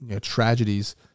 tragedies